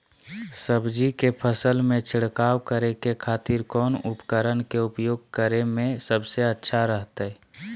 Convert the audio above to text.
सब्जी के फसल में छिड़काव करे के खातिर कौन उपकरण के उपयोग करें में सबसे अच्छा रहतय?